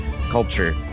culture